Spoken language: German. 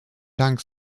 dank